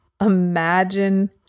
Imagine